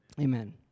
amen